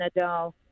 Nadal